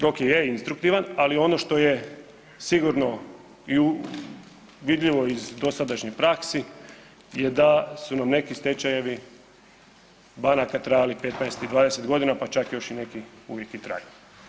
Rok je instruktivan, ali ono što je sigurno i u, vidljivo iz dosadašnjih praksi je da su nam neki stečajevi banaka trajali 15 i 20 godina, pa čak još i neki uvijek i traju.